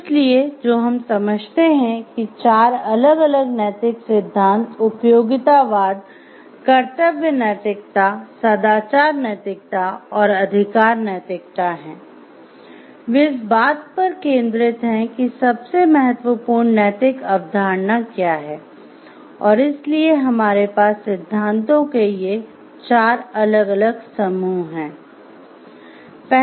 इसलिए जो हम समझते हैं कि चार अलग अलग "नैतिक सिद्धांत" हैं और वे इस बात पर केंद्रित हैं कि सबसे महत्वपूर्ण नैतिक अवधारणा क्या है और इसलिए हमारे पास सिद्धांतों के ये चार अलग अलग समूह हैं